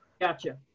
Gotcha